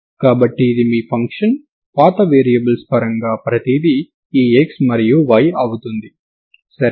కాబట్టి ఇది మీ ఫంక్షన్ పాత వేరియబుల్స్ పరంగా ప్రతిదీ ఈ x మరియు y అవుతుంది సరేనా